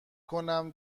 کنم